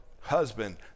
husband